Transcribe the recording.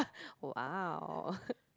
oh !wow!